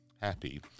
Happy